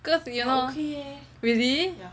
cause you know really